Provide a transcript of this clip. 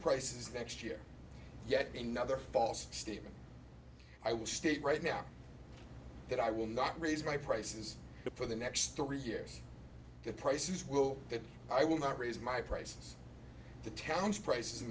prices next year yet another false statement i will state right now that i will not raise my prices for the next three years the prices will that i will not raise my prices the town's